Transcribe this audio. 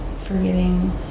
forgetting